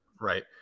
right